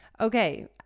Okay